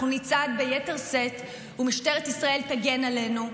אנחנו נצעד ביתר שאת, ומשטרת ישראל תגן עלינו,